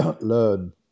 learn